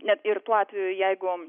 net ir tuo atveju jeigu